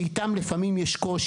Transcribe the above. שאיתם לפעמים יש קושי,